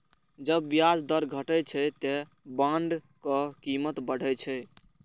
जब ब्याज दर घटै छै, ते बांडक कीमत बढ़ै छै